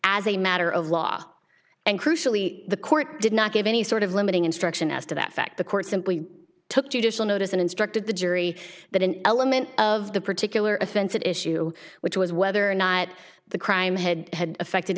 as a matter of law and crucially the court did not give any sort of limiting instruction as to that fact the court simply took judicial notice and instructed the jury that an element of the particular offense at issue which was whether or not the crime had had affected